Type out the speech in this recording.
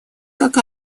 как